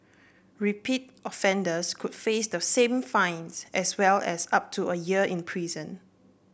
repeat offenders could face the same fine as well as up to a year in prison